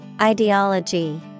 Ideology